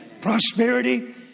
Prosperity